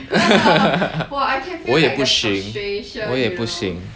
我也不行我也不行